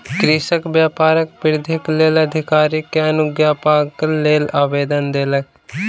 कृषक व्यापार वृद्धिक लेल अधिकारी के अनुज्ञापत्रक लेल आवेदन देलक